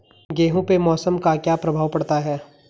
गेहूँ पे मौसम का क्या प्रभाव पड़ता है?